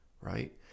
right